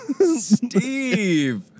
Steve